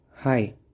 Hi